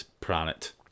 planet